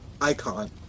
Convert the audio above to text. icon